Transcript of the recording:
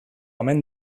omen